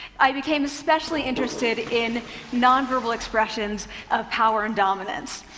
i became especially interested in nonverbal expressions of power and dominance.